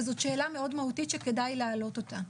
וזאת שאלה מאוד מהותית שכדאי להעלות אותה.